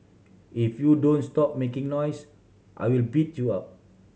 if you don't stop making noise I will beat you up